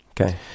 Okay